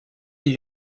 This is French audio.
des